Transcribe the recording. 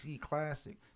Classic